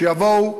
שיבואו.